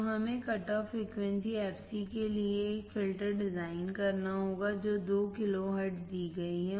तो हमें cut off frequency fc के लिए एक फ़िल्टर डिज़ाइन करना होगा जो 2 किलोहर्ट्ज़ दी गई है